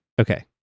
Okay